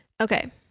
Okay